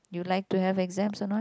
you like to have exam or not